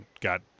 got